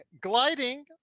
gliding